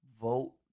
Vote